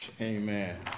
Amen